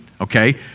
okay